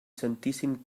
santíssim